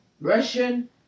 Russian